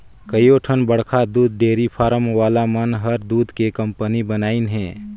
कयोठन बड़खा दूद डेयरी फारम वाला मन हर दूद के कंपनी बनाईंन हें